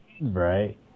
Right